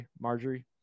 Marjorie